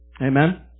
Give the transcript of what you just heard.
Amen